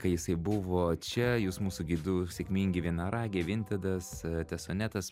kai jisai buvo čia jūs mūsų gi du sėkmingi vienaragiai vintedas tesonetas